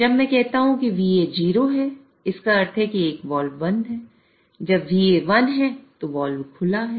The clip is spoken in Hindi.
जब मैं कहता हूं कि VA 0 है जिसका अर्थ है कि एक वाल्व बंद है जब VA 1 है तो वाल्व खुला है